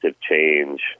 change